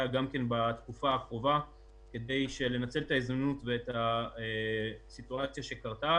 בתקופה הקרובה כדי לנצל את ההזמנות ואת הסיטואציה שקרתה